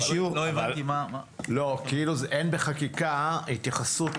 אין בחקיקה התייחסות